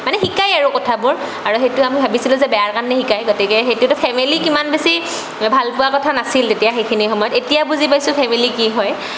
মানে শিকায় আৰু কথাবোৰ আৰু সেইটো আমি ভাবিছিলোঁ যে বেয়াৰ কাৰণে শিকায় গতিকে সেইটোতে ফেমিলিক ইমান বেছি ভাল পোৱা কথা নাছিল তেতিয়া সেইখিনি সময়ত এতিয়া বুজি পাইছোঁ ফেমিলি কি হয়